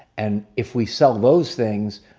and if we sell those things,